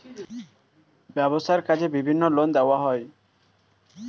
ব্যবসার কাজে বিভিন্ন লোন দেওয়া হয়